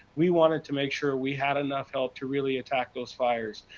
we wanted to make sure we had enough help to really attack those fires.